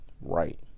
Right